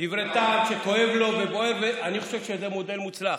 אני חושב שזה מודל מוצלח.